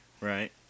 Right